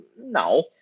No